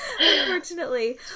unfortunately